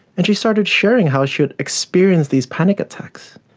and she started sharing how she would experience these panic attacks.